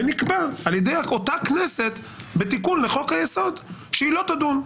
ונקבע על ידי אותה כנסת בתיקון לחוק היסוד שהיא לא תדון.